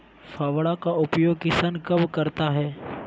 फावड़ा का उपयोग किसान कब करता है?